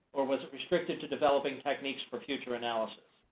or was it restricted to developing techniques for future analysis?